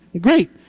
great